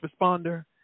responder